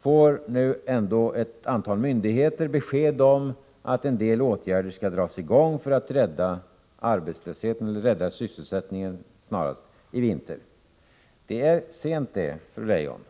får nu ändå ett antal myndigheter besked om att en del åtgärder skall vidtas för att rädda sysselsättningen i vinter. Det är sent det, fru Leijon.